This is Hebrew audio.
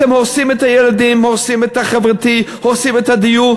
אתם הורסים את הילדים,